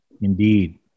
Indeed